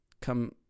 come